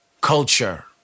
Culture